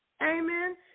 Amen